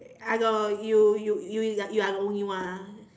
I know you you you you are the only one ah